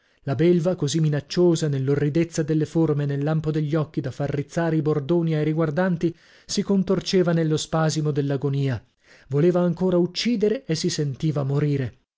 la belva così minacciosa nell'orridezza delle forme e nel lampo degli occhi da far rizzare i bordoni ai riguardanti si contorceva nello spasimo dell'agonia voleva ancora uccidere e si sentiva morire